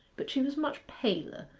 but she was much paler,